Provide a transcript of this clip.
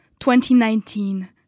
2019